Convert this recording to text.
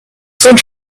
such